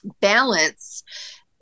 balance